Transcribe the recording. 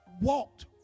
walked